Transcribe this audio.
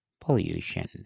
pollution